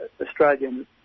Australian